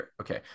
okay